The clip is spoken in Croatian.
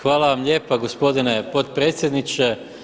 Hvala vam lijepa gospodine potpredsjedniče.